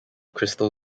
crystal